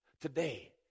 Today